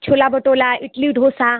छोला भटोला इडली डोसा